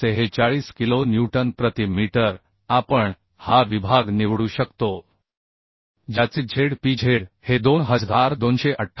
846 kilo newton प्रति metre आपण हा विभाग निवडू शकतोज्याचे z p z हे 2228